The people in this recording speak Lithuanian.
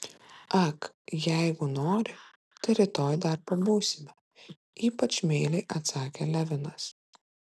ak jeigu nori tai rytoj dar pabūsime ypač meiliai atsakė levinas